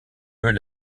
eux